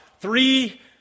three